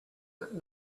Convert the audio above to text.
that